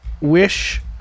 wish